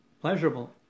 pleasurable